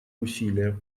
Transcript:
усилия